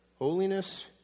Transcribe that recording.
Holiness